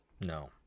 No